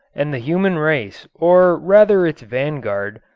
and the human race, or rather its vanguard,